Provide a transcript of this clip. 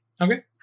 Okay